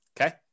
Okay